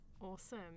Awesome